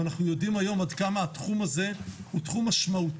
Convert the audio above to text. ואנחנו יודעים היום עד כמה התחום הזה הוא תחום משמעותי.